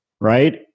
right